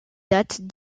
dates